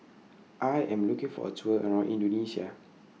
I Am looking For A Tour around Indonesia